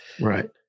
Right